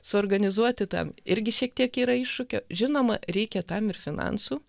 suorganizuoti tam irgi šiek tiek yra iššūkio žinoma reikia tam ir finansų